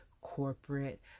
corporate